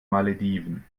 malediven